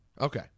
Okay